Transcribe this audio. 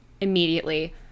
immediately